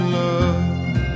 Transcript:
love